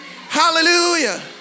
Hallelujah